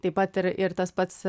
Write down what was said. taip pat ir ir tas pats